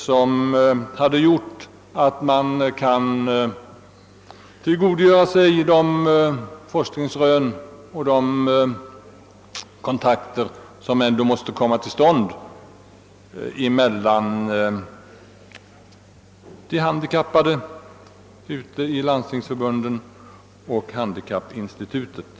Man hade då kunnat tillgodogöra sig de forskningsrön och de kontakter som ändå måste komma till stånd mellan de handikappade ute i dandstingen och handikappinstitutet.